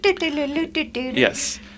Yes